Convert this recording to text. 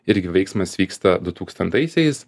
irgi veiksmas vyksta dutūkstantaisiais